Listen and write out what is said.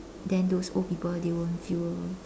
then those old people they won't feel